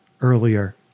earlier